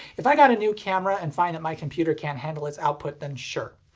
if i got a new camera and find that my computer can't handle its output then sure,